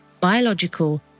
biological